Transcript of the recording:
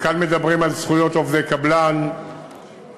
וכאן מדברים על זכויות עובדי קבלן ועל